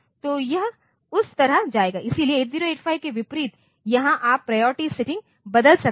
तो यह उस तरह जाएगा लेकिन 8085 के विपरीत यहां आप प्रायोरिटी सेटिंग बदल सकते हैं